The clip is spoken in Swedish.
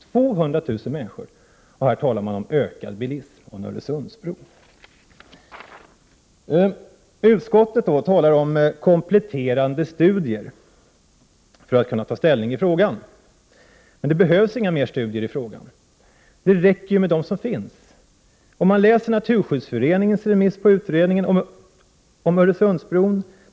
200 000 människor — och här talar man om ökad bilism och en Öresundsbro. Utskottet talar om kompletterande studier, för att kunna ta ställning i frågan. Men det behövs inga mer studier i frågan. Det räcker med dem som finns. Man kan läsa Naturskyddsföreningens remissvar på utredningen om Öresundsbron.